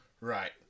Right